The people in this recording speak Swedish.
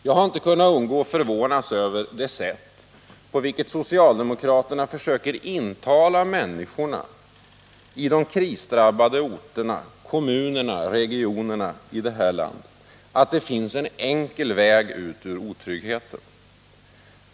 Jag har inte kunnat undgå att förvånas över det sätt på vilket socialdemokraterna försöker intala människorna i de krisdrabbade orterna, kommunerna och regionerna att det finns en enkel väg ut ur otryggheten.